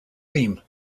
theme